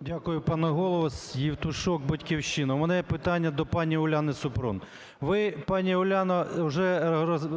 Дякую, пане Голово.Євтушок, "Батьківщина". У мене є питання до пані Уляни Супрун. Ви, пані Уляно, вже